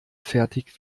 fertig